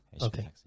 okay